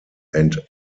and